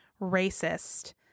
racist